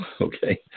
Okay